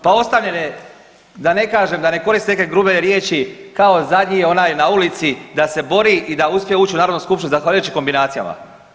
Pa ostavljen je da ne kažem, da ne koristim neke grube riječi kao zadnji onaj na ulici da se bori i da uspije ući u Narodnu skupštinu zahvaljujući kombinacijama.